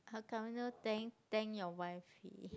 how come no thank thank your wife